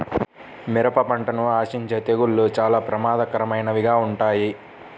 మిరప పంటను ఆశించే తెగుళ్ళు చాలా ప్రమాదకరమైనవిగా ఉంటాయి